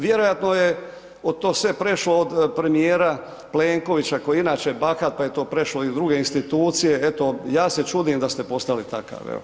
Vjerojatno je to sve prešlo od premijera Plenkovića koji je inače bahat pa je to prešlo i u druge institucije, eto ja se čudim da ste postali takav.